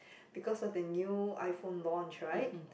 because of the new iPhone launch right